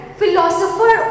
philosopher